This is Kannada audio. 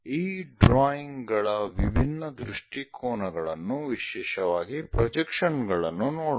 ಈ ಡ್ರಾಯಿಂಗ್ ಗಳ ವಿಭಿನ್ನ ದೃಷ್ಟಿಕೋನಗಳನ್ನು ವಿಶೇಷವಾಗಿ ಪ್ರೊಜೆಕ್ಷನ್ ಗಳನ್ನು ನೋಡೋಣ